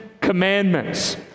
Commandments